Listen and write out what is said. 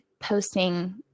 posting